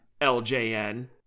LJN